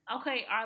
Okay